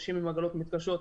נשים עם עגלות מתקשות.